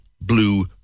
blue